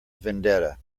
vendetta